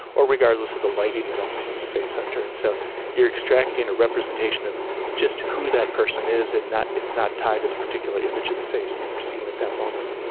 or regardless of the lighting that i'm seeing the face under. and so you are extracting a representation of just who that person is and it's not tied to the particular image of the face that you are seeing at that moment.